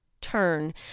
turn